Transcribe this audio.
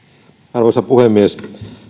arvoisa puhemies